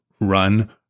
run